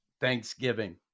Thanksgiving